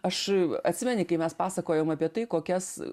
aš atsimeni kai mes pasakojom apie tai kokias